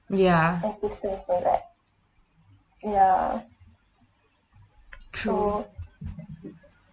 ya true